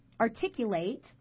articulate